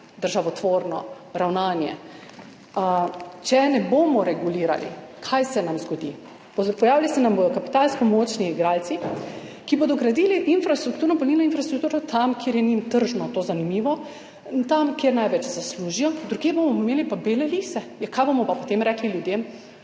državotvorno ravnanje. Če ne bomo regulirali, kaj se nam zgodi? Pojavili se nam bodo kapitalsko močni igralci, ki bodo gradili polnilno infrastrukturo tam, kjer je to njim tržno zanimivo, in tam, kjer največ zaslužijo, drugje bomo imeli pa bele lise. Kaj bomo pa potem rekli ljudem?